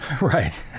right